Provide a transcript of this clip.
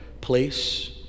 place